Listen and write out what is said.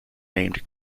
named